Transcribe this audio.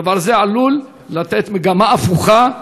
הדבר הזה עלול ליצור מגמה הפוכה.